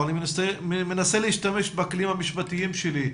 אבל אני מנסה להשתמש בכלים המשפטיים שלי,